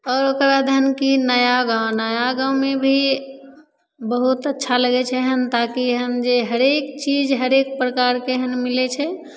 आओर ओकर बाद एहन कि नया गाँव नया गाँवमे भी बहुत अच्छा लगय छै एहन ताकि एहन जे हरेक चीज हरेक प्रकारके एहन मिलय छै